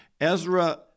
Ezra